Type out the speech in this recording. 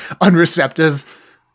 unreceptive